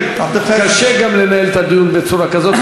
קשה גם לנהל את הדיון בצורה כזאת,